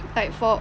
like for